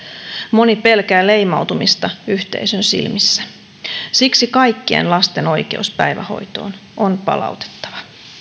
moni pelkää leimautumista yhteisön silmissä siksi kaikkien lasten oikeus päivähoitoon on palautettava